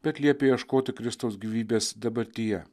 bet liepia ieškoti kristaus gyvybės dabartyje